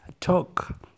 Talk